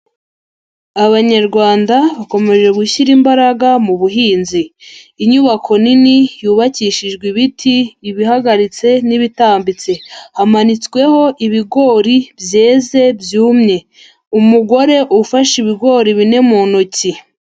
Abanyarwanda bakomeje gushyira imbaraga mu buhinzi, inyubako nini yubakishijwe ibiti ibihagaritse n'ibitambitse, hamanitsweho ibigori byeze byumye, umugore ufashe ibigori bine mu ntoki.